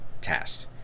test